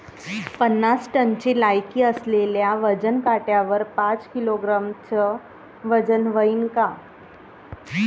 पन्नास टनची लायकी असलेल्या वजन काट्यावर पाच किलोग्रॅमचं वजन व्हईन का?